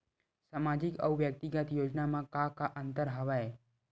सामाजिक अउ व्यक्तिगत योजना म का का अंतर हवय?